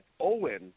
Owen